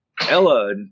Ella